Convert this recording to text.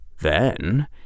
Then